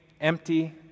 empty